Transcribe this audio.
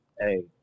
Hey